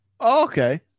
Okay